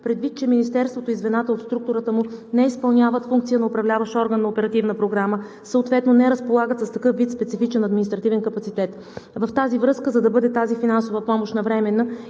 предвид че Министерството и звената от структурата му не изпълняват функция на управляващ орган на оперативна програма, съответно не разполагат с такъв вид специфичен административен капацитет. В тази връзка, за да бъде навременна тази финансова помощ и да